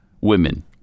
women